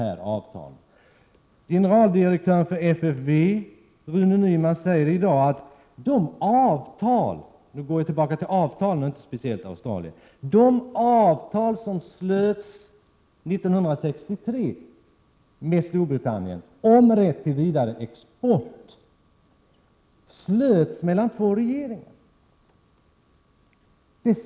FFV:s generaldirektör Rune Nyman säger i dag i utskottsförhöret att de avtal som slöts 1963 med Storbritannien om rätt till vidareexport slöts mellan två regeringar.